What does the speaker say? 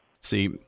See